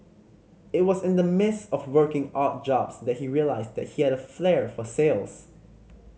it was in the midst of working odd jobs that he realised that he had a flair for sales